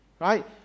Right